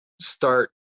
start